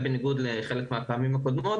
אולי בניגוד מחלק הפעמים הקודמות,